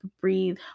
Breathe